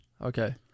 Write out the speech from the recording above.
Okay